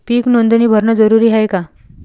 पीक नोंदनी भरनं जरूरी हाये का?